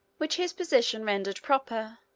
which his position rendered proper,